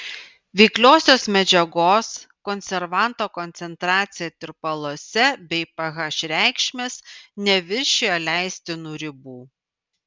veikliosios medžiagos konservanto koncentracija tirpaluose bei ph reikšmės neviršijo leistinų ribų